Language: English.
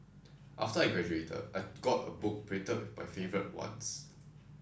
after I graduated I got a book printed with my favourite ones